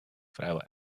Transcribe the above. vrijwel